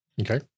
Okay